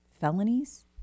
felonies